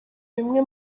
bimwe